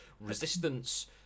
resistance